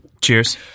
cheers